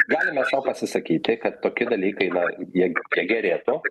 galim mes sau pasisakyti kad tokie dalykai na jie kai gerėtų